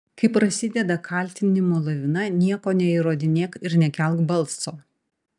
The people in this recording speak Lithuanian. kai prasideda kaltinimų lavina nieko neįrodinėk ir nekelk balso